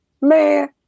man